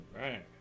Right